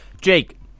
Jake